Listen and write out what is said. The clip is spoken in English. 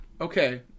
Okay